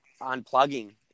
unplugging